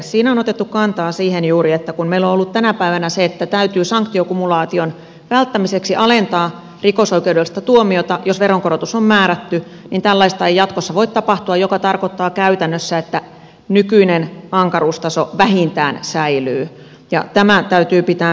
siinä on otettu kantaa siihen juuri että kun meillä on ollut tänä päivänä se että täytyy sanktiokumulaation välttämiseksi alentaa rikosoikeudellista tuomiota jos veronkorotus on määrätty niin tällaista ei jatkossa voi tapahtua mikä tarkoittaa käytännössä että nykyinen ankaruustaso vähintään säilyy ja tämä täytyy pitää mielessä